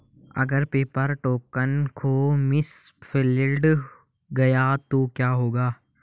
अगर paper token खो misplaced गया तो क्या होगा?